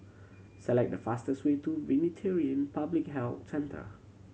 select the fastest way to Veterinary Public Health Centre